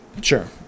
sure